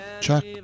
Chuck